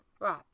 Right